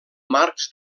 marcs